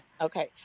Okay